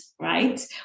right